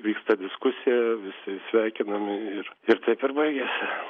vyksta diskusija visi sveikinami ir ir taip ir baigėsi